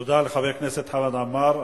תודה לחבר הכנסת חמד עמאר.